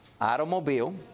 Automobile